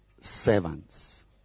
servants